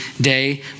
day